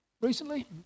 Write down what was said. recently